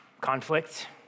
Conflict